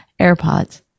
AirPods